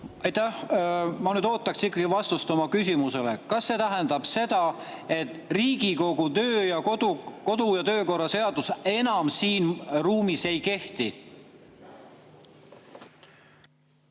Ma nüüd ootan ikkagi vastust oma küsimusele. Kas see tähendab seda, et Riigikogu kodu- ja töökorra seadus enam siin ruumis ei kehti?